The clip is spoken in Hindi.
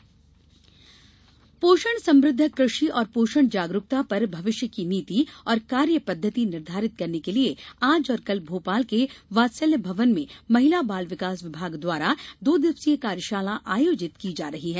पोषण कार्यशाला पोषण समृद्ध कृषि और पोषण जागरूकता पर भविष्य की नीति और कार्य पद्धति निर्धारित करने के लिए आज और कल भोपाल के वात्सल्य भवन में महिला बाल विकास विभाग द्वारा दो दिवसीय कार्यशाला आयोजित की जा रही है